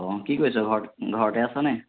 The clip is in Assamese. অঁ কি কৰিছ ঘৰ ঘৰতে আছ'নে